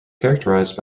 characterised